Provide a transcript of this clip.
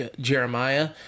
Jeremiah